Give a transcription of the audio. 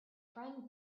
friend